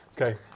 Okay